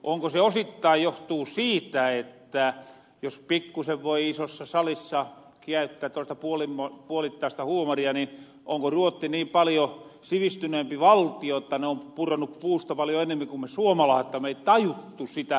onko se osittain johtunut siitä jos pikkuisen voi isossa salissa käyttää tollaista puolittaista huumoria että onko ruotti niin paljo sivistyneempi valtio jotta ne on puronnu puusta paljo ennemmi ku me suomalaaset että me ei tajuttu sitä torellisuutta